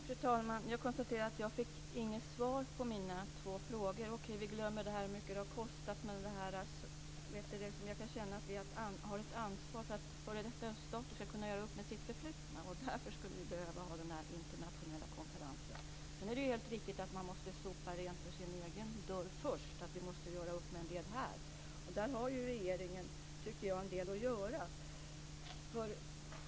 Fru talman! Jag konstaterar att jag inte fick något svar på mina två frågor. Låt oss glömma hur mycket det har kostat, men jag kan känna att vi har ett ansvar för att f.d. öststater ska kunna göra upp med sitt förflutna. Därför skulle vi behöva ha en internationell konferens. Det är helt riktigt att man måste sopa rent framför sin egen dörr först, att vi måste göra upp med en del här. Där har regeringen en del att göra.